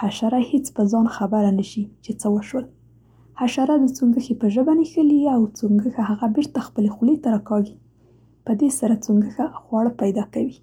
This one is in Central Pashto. حشره هیڅ په ځان خبر نه شي چې څه وشول. حشره د څونګښې په ژبه نښلي او چونګښه هغه بیرته خپلې خولې ته را کاږي. په دې سره څونګښه خواړه پیدا کوي.